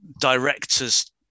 director's